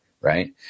Right